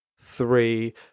three